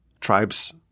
tribes